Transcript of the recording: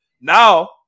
Now –